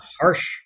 harsh